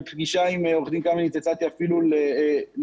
בפגישה עם עורך דין קמיניץ הצעתי אפילו לחלק